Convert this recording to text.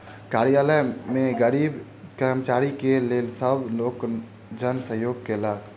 कार्यालय में गरीब कर्मचारी के लेल सब लोकजन सहयोग केलक